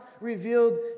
revealed